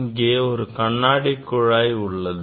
இங்கே ஒரு கண்ணாடி குழாய் உள்ளது